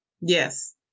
Yes